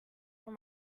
for